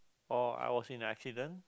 or I was in a accident